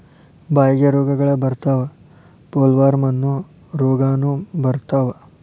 ಬಾಯಿಗೆ ರೋಗಗಳ ಬರತಾವ ಪೋಲವಾರ್ಮ ಅನ್ನು ರೋಗಾನು ಬರತಾವ